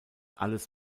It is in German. alles